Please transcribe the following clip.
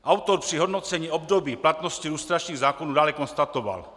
Autor při hodnocení období platnosti lustračních zákonů dále konstatoval: